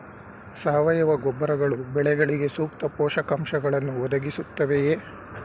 ಸಾವಯವ ಗೊಬ್ಬರಗಳು ಬೆಳೆಗಳಿಗೆ ಸೂಕ್ತ ಪೋಷಕಾಂಶಗಳನ್ನು ಒದಗಿಸುತ್ತವೆಯೇ?